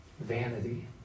Vanity